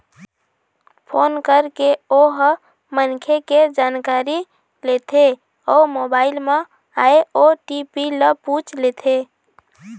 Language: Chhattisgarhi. फोन करके ओ ह मनखे के जानकारी लेथे अउ मोबाईल म आए ओ.टी.पी ल पूछ लेथे